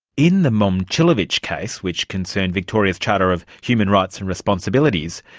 in the momcilovic case, which concerned victoria's charter of human rights and responsibilities,